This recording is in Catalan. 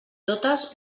totes